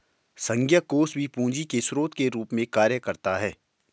संघीय कोष भी पूंजी के स्रोत के रूप में कार्य करता है